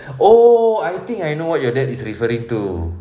oh I think I know what your day is referring to